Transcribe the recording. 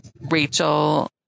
Rachel